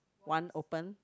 one open